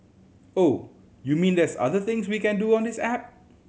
oh you mean there's other things we can do on this app